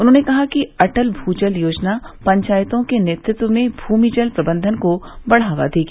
उन्होंने कहा कि अटल भू जल योजना पंचायतों के नेतृत्व में भूमि जल प्रबंधन को बढ़ावा देगी